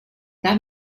that